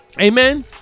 Amen